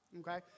Okay